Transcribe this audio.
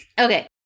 Okay